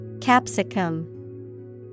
Capsicum